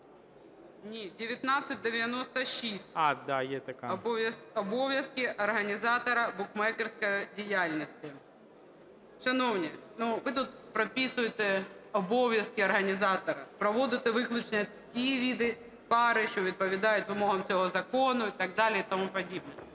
Н.Ю. "Обов'язки організатора букмекерської діяльності". Шановні, ви тут прописуєте обов'язки організатора, проводите виключно ті види парі, що відповідають вимогам цього закону і так